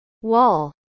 Wall